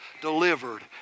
delivered